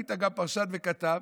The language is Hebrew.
היית גם פרשן וכתב,